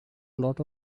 lot